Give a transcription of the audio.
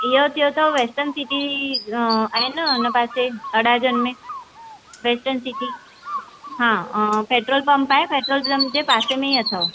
इहो थियो तव वेस्टन सिटी आहे न हुन पासे अडाजन में वेस्टन सिटी हा पेट्रोल पम्प आहे पेट्रोल पम्प जे पासे में ई अथव